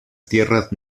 tierras